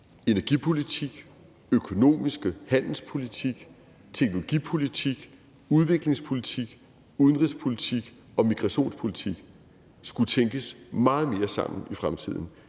energipolitik, økonomiske handelspolitik, teknologipolitik, udviklingspolitik, udenrigspolitik og migrationspolitik skulle tænkes meget mere sammen i fremtiden,